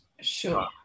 Sure